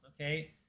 okay